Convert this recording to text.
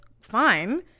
fine